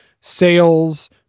sales